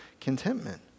contentment